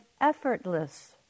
effortless